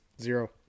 zero